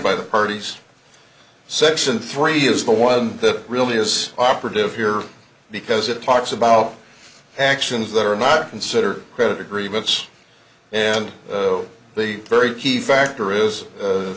by the parties section three is the one that really is operative here because it talks about actions that are not consider credit agreements and they very key factor is